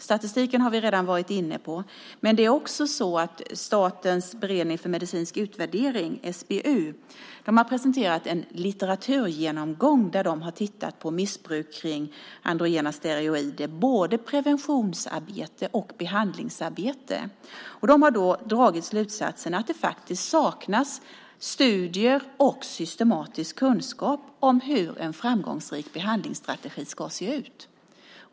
Statistiken har vi redan varit inne på, men det är också så att Statens beredning för medicinsk utvärdering, SBU, har presenterat en litteraturgenomgång där de har tittat på missbruk av androgena steroider när det gäller både preventionsarbete och behandlingsarbete. De har då dragit slutsatsen att det faktiskt saknas studier och systematisk kunskap om hur en framgångsrik behandlingsstrategi ska se ut.